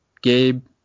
Gabe